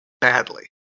Badly